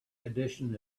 edition